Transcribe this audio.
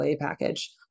package